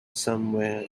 somewhere